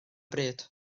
bryd